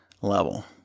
level